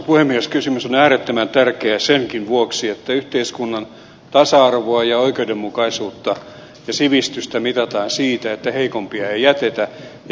kysymys on äärettömän tärkeä senkin vuoksi että yhteiskunnan tasa arvoa ja oikeudenmukaisuutta ja sivistystä mitataan siitä että heikompia ei jätetä ja syrjäytymistä estetään